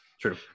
True